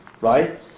right